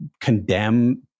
condemn